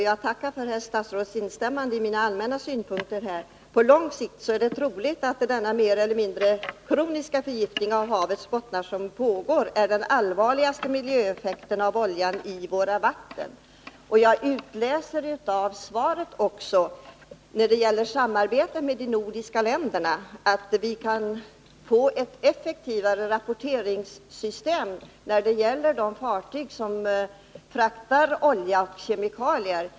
Jag tackar för statsrådets instämmande i mina allmänna synpunkter. På lång sikt är det troligt att denna mer eller mindre kroniska förgiftning av havets botten som pågår är den allvarligaste miljöeffekten av oljan i våra vatten. Jag utläser av svaret när det gäller samarbetet mellan de nordiska länderna att vi kan få ett effektivare rapporteringssystem i fråga om de fartyg som fraktar olja och kemikalier.